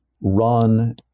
run